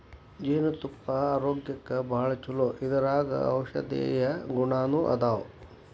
ಜೇನತುಪ್ಪಾ ಆರೋಗ್ಯಕ್ಕ ಭಾಳ ಚುಲೊ ಇದರಾಗ ಔಷದೇಯ ಗುಣಾನು ಅದಾವ